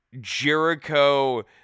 Jericho